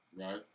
Right